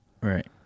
Right